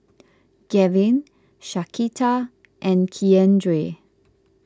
Gavin Shaquita and Keandre